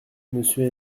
monsieur